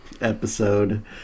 episode